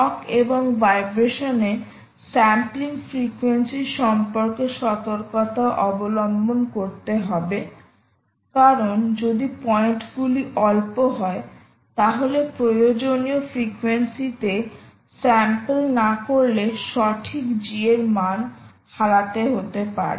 শক এবং ভাইব্রেশন এ sampling frequency সম্পর্কে সতর্কতা অবলম্বন করতে হবে কারণ যদি পয়েন্ট গুলি অল্প হয় তাহলে প্রয়োজনীয় ফ্রিকোয়েন্সি তে স্যাম্পল না করলে সঠিক G এর মান হারাতে হতে পারে